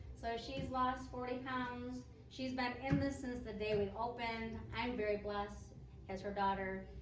so she's lost forty pounds. she's back in this since the day we opened. i'm very blessed as her daughter,